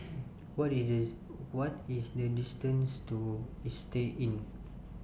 What IS This What IS The distance to Istay Inn